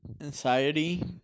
anxiety